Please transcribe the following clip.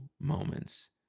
moments